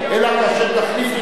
אלא כאשר תחליפי את,